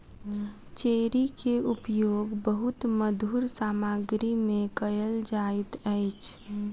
cherry के उपयोग बहुत मधुर सामग्री में कयल जाइत अछि